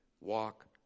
walk